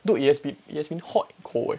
no it has to be it's been hot and cold eh